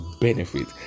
benefit